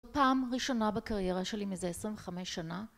פעם ראשונה בקריירה שלי מזה 25 שנה